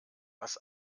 was